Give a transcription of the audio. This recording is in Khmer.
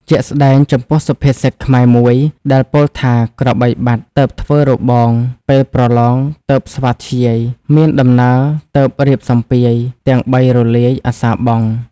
ជាក់ស្ដែងចំពោះសុភាសិតខ្មែរមួយដែលពោលថាក្របីបាត់ទើបធ្វើរបង ពេលប្រឡងទើបស្វាធ្យាយ មានដំណើរទើបរៀបសម្ពាយ ទាំងបីរលាយអសារបង់។